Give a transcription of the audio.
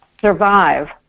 survive